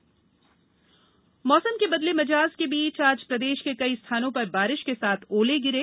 मौसम मौसम के बदले मिजाज के बीच आज प्रदेश के कई स्थानों पर बारिश के साथ ओले गिरे